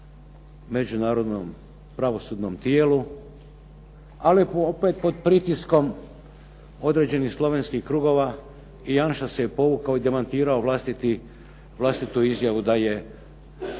međunarodnom pravosudnom tijelu, ali eto opet pod pritiskom određenih slovenskih krugova i Janša se povukao i demantirao vlastitu izjavu da je